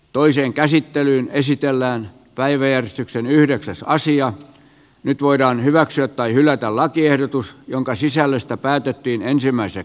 toiseen käsittelyyn esitellään päiväjärjestyksen yhdeksäsä asiaa nyt voidaan hyväksyä tai hylätä lakiehdotus jonka sisällöstä päätettiin ensimmäisessä käsittelyssä